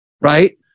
Right